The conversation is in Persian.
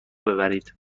ببرید